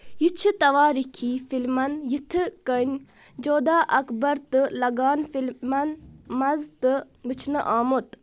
یہِ چھُ توٲریٖخی فِلمن یتھہٕ كٕنہِ جودھا اكبر تہٕ لگان فِلمن منٛز تہٕ وٕچھنہٕ آمُت